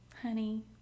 honey